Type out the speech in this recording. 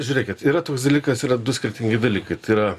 žiūrėkit yra toks dalykas yra du skirtingi dalykai tai yra